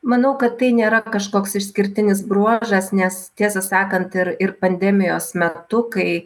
manau kad tai nėra kažkoks išskirtinis bruožas nes tiesą sakant ir ir pandemijos metu kai